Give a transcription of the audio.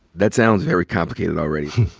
that sounds very complicated already.